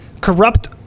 corrupt